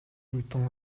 хүйтэн